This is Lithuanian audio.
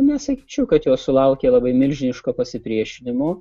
nesakyčiau kad jos sulaukė labai milžiniško pasipriešinimo